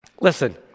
Listen